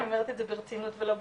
אני אומרת את זה ברצינות ולא בציניות,